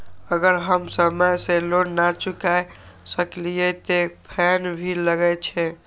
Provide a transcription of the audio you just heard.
अगर हम समय से लोन ना चुकाए सकलिए ते फैन भी लगे छै?